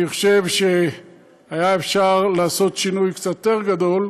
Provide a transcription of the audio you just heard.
אני חושב שהיה אפשר לעשות שינוי קצת יותר גדול,